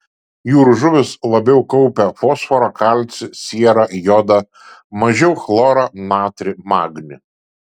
jūrų žuvys labiau kaupia fosforą kalcį sierą jodą mažiau chlorą natrį magnį